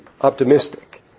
optimistic